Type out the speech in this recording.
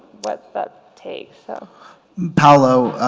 what's that take. so paolo